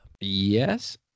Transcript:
Yes